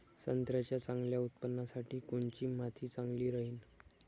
संत्र्याच्या चांगल्या उत्पन्नासाठी कोनची माती चांगली राहिनं?